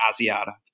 Asiata